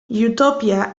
utopia